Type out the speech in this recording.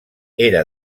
era